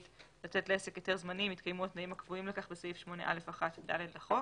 לתת לעסק היתר זמני אם התקיימו התנאים הקבועים לכך בסעיף 8א1(ד) לחוק".